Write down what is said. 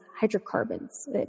hydrocarbons